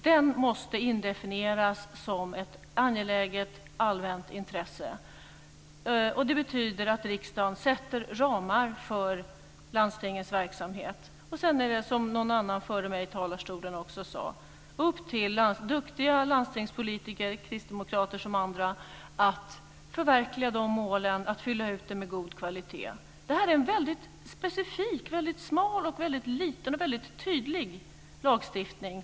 Den måste definieras som ett angeläget allmänt intresse. Det betyder att riksdagen sätter ramar för landstingets verksamhet. Sedan är det, som någon annan före mig i talarstolen också sade, upp till duktiga landstingspolitiker, kristdemokrater och andra, att förverkliga målen och fylla ut dem med god kvalitet. Detta är en väldigt specifik, väldigt smal, väldigt liten och väldigt tydlig lagstiftning.